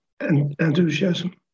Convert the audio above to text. enthusiasm